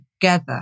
together